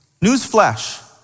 Newsflash